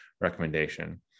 recommendation